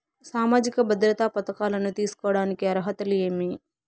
సామాజిక భద్రత పథకాలను తీసుకోడానికి అర్హతలు ఏమి?